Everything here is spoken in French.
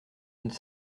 une